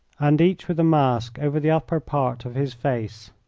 and each with a mask over the upper part of his face.